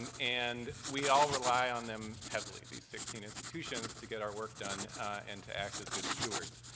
and and we all rely on them heavily, these sixteen institutions, to get our work done and to act as good stewards.